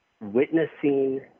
witnessing